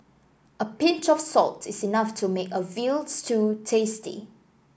a pinch of salt is enough to make a veal stew tasty